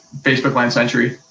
facebook, land century.